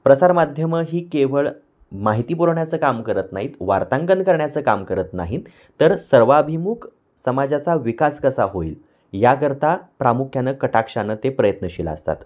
प्रसारमाध्यमं ही केवळ माहिती पुरवण्याचं काम करत नाहीत वार्तांकन करण्याचं काम करत नाहीत तर सर्वाभिमुख समाजाचा विकास कसा होईल याकरता प्रामुख्याने कटाक्षानं ते प्रयत्नशील असतात